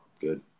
good